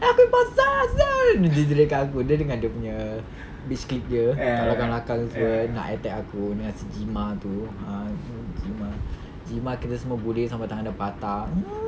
eh aku nya pasal [sial] dia jerit-jerit kat aku dia dengan dia punya this clique dia kat belakang-belakang semua nak attack aku dengan si gima tu ah gima gima kita semua bully sampai tangan dia patah